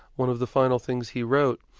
one of the final things he wrote,